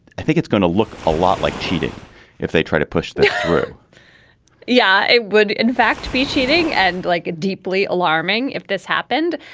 i think it's going to look a lot like cheating if they try to push this through yeah it would in fact be cheating and like a deeply alarming if this happened.